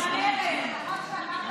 מסעדות,